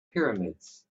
pyramids